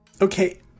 okay